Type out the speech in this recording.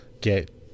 get